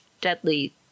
deadly